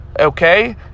Okay